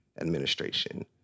Administration